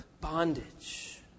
bondage